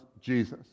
Jesus